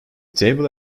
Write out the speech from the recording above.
table